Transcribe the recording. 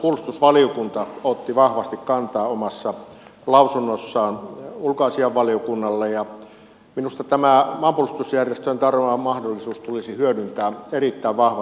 puolustusvaliokunta otti vahvasti kantaa omassa lausunnossaan ulkoasiainvaliokunnalle ja minusta tämä maanpuolustusjärjestöjen tarjoama mahdollisuus tulisi hyödyntää erittäin vahvasti tässä